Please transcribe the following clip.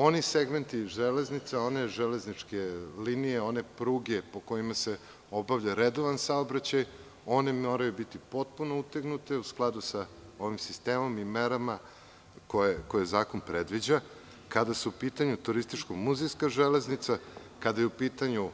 Oni segmenti železnice, one železničke linije, one pruge po kojima se obavlja redovan saobraćaj, one moraju biti potpuno utegnute u skladu sa ovim sistemom koje zakon predviđa, kada su u pitanju turističko-muzejska, kada je u pitanju